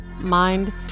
mind